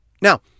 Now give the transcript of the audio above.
Now